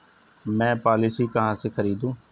मैं पॉलिसी कहाँ से खरीदूं?